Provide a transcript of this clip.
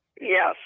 Yes